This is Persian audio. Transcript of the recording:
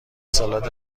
سالاد